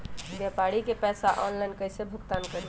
व्यापारी के पैसा ऑनलाइन कईसे भुगतान करी?